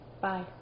Bye